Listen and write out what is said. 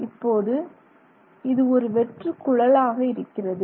இப்போது இது ஒரு வெற்று குழலாக இருக்கிறது